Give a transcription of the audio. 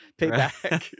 payback